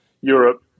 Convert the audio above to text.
Europe